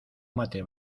mate